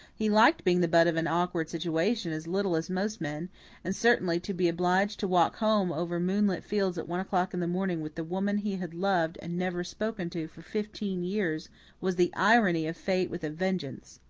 he liked being the butt of an awkward situation as little as most men and certainly to be obliged to walk home over moonlit fields at one o'clock in the morning with the woman he had loved and never spoken to for fifteen years was the irony of fate with a vengeance.